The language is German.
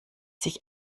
sich